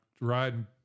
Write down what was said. riding